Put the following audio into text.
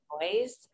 noise